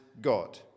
God